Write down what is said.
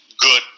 good